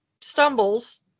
stumbles